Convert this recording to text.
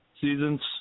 Seasons